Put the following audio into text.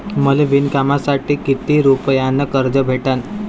मले विणकामासाठी किती रुपयानं कर्ज भेटन?